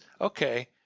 Okay